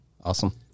Awesome